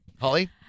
Holly